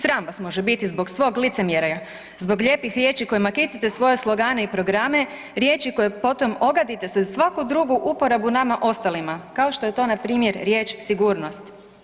Sram vas može biti zbog svog licemjerja, zbog lijepih riječi kojima kitite svoje slogane i programe, riječi koje potom ogadite svaku drugu uporabu nama ostalima kao što je to npr. riječ „sigurnost“